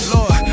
Lord